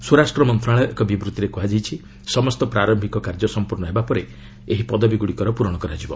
ସ୍ୱରାଷ୍ଟ୍ର ମନ୍ତ୍ରଣାଳୟର ଏକ ବିବୃଭିରେ କୁହାଯାଇଛି ସମସ୍ତ ପ୍ରାର୍ୟିକ କାର୍ଯ୍ୟ ସଂପର୍ଣ୍ଣ ହେବା ପରେ ଏହି ପଦବୀଗୁଡ଼ିକର ପୂରଣ ହେବ